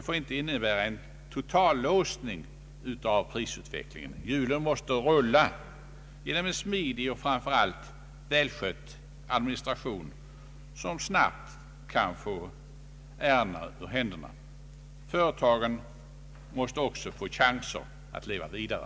Prisutvecklingen måste fortsätta, hjulen måste rulla genom en smidig och framför allt välskött administration som snabbt kan få ärendena ur händerna. Företagen måste också få chanser att leva vidare.